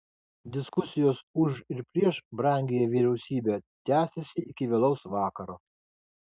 diskusijos už ir prieš brangiąją vyriausybę tęsėsi iki vėlaus vakaro